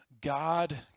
God